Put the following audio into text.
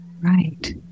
Right